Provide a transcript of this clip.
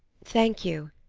thank you,